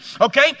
okay